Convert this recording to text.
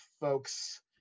folks